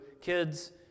kids